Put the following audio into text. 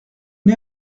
une